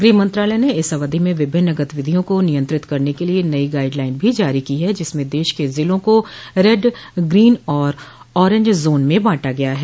गृह मंत्रालय ने इस अवधि में विभिन्न गतिविधियों को नियंत्रित करने के लिये नई गाइड लाइन भी जारी की है जिसमें देश के जिलों को रेड ग्रीन और औरेंज जोन में बांटा गया है